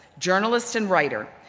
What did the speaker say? journalist and writer,